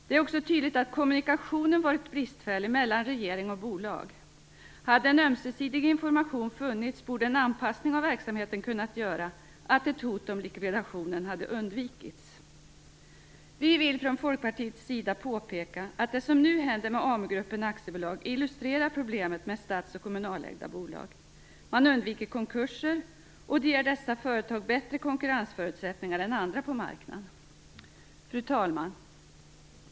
Det är också tydligt att kommunikationen mellan regering och bolag varit bristfällig. Hade en ömsesidig information funnits borde en anpassning av verksamheten kunnat göra att ett hot om likvidation hade undvikits. Vi vill från Folkpartiets sida påpeka att det som nu händer med Amu-gruppen AB illustrerar problemet med stats och kommunalägda bolag. Man undviker konkurser, och det ger dessa företag bättre konkurrensförutsättningar än andra på marknaden. Fru talman!